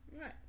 right